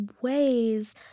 ways